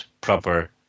proper